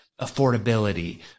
affordability